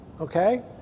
okay